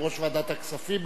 יושב-ראש ועדת הכספים,